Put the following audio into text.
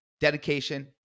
dedication